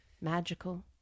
magical